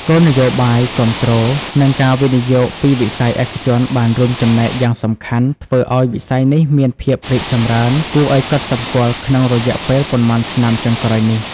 គោលនយោបាយគាំទ្រ និងការវិនិយោគពីវិស័យឯកជនបានរួមចំណែកយ៉ាងសំខាន់ ធ្វើឱ្យវិស័យនេះមានភាពរីកចម្រើនគួរឱ្យកត់សម្គាល់ក្នុងរយៈពេលប៉ុន្មានឆ្នាំចុងក្រោយនេះ។